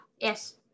yes